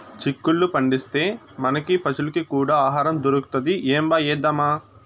చిక్కుళ్ళు పండిస్తే, మనకీ పశులకీ కూడా ఆహారం దొరుకుతది ఏంబా ఏద్దామా